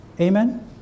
Amen